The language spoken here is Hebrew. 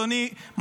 אדוני,